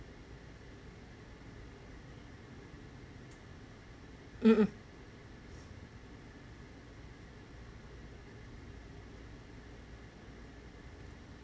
mm mm